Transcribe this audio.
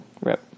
Rip